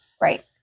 Right